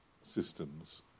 systems